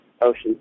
Ocean